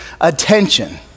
attention